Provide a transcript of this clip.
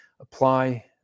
apply